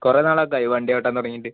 കുറേ നാളായിട്ടോ ഈ വണ്ടിയോട്ടം തുടങ്ങിയിട്ട്